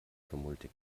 tumulte